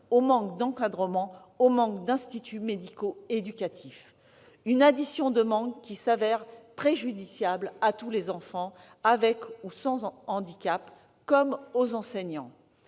manque d'encadrement, manque d'instituts médico-éducatifs. Cette addition de manques se révèle préjudiciable à tous les enfants, avec ou sans handicap, comme aux enseignants.